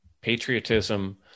patriotism